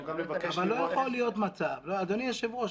אבל לא יכול להיות מצב אדוני היושב-ראש,